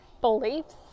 beliefs